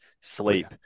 Sleep